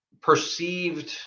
perceived